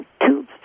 two